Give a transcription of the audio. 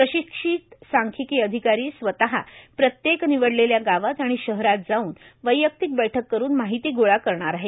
प्रशिक्षित सांख्यिकी अधिकारी स्वतः प्रत्येक निवडलेल्या गावात आणि शहरात जाऊन वैयक्तिक बैठक करुन माहिती गोळा करणार आहेत